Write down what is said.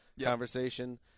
conversation